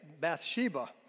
Bathsheba